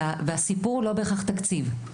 והסיפור הוא לא בהכרח תקציב.